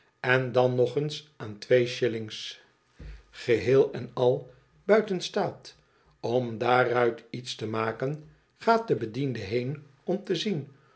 en dan nog eens aan twee shillings geheel en al buiten staat om daaruit iets te maken gaat de bediende heen om te zien